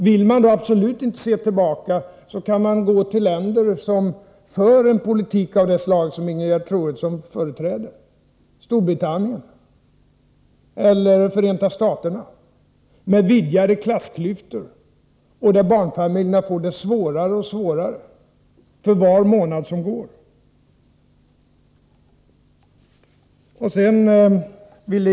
Om man absolut inte vill se tillbaka, kan man ju studera länder som för en politik av det slag som Ingegerd Troedsson företräder, nämligen Storbritannien eller Förenta staterna, där klassklyftorna vidgats och där barnfamiljerna får det svårare och svårare för var månad som går.